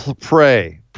pray